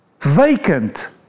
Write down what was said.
vacant